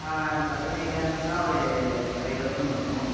ஆ கல்லணை டேம்முனா ஒரு five thousand வரும்